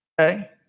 Okay